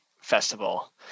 festival